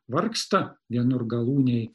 vargsta vienur galūnėj